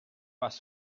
was